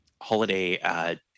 holiday